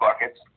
buckets